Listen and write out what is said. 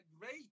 great